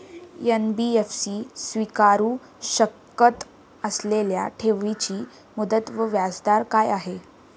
NBFC स्वीकारु शकत असलेल्या ठेवीची मुदत व व्याजदर काय आहे?